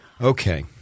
Okay